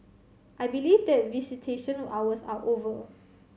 I believe that visitation hours are over